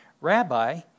Rabbi